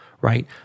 right